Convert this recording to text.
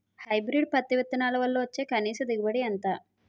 Hybrid పత్తి విత్తనాలు వల్ల వచ్చే కనీస దిగుబడి ఎంత?